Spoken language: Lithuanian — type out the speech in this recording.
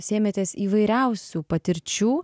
sėmėtės įvairiausių patirčių